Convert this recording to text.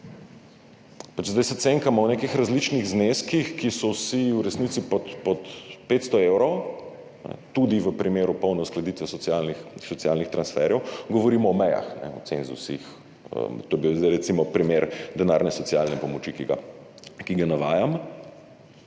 zdaj se cenkamo o nekih različnih zneskih, ki so vsi v resnici pod 500 evrov tudi v primeru polne uskladitve socialnih transferjev. Govorimo o mejah, o cenzusih, to je bil zdaj recimo primer denarne socialne pomoči, ki ga navajam,